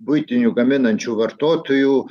buitinių gaminančių vartotojų